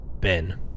ben